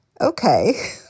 okay